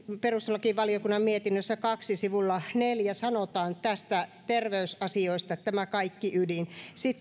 perustuslakivaliokunnan mietinnössä kahdella sivulla neljään sanotaan näistä terveysasioista kaikki ydin